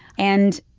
and